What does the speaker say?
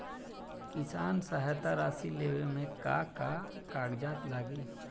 किसान सहायता राशि लेवे में का का कागजात लागी?